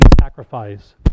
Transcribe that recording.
sacrifice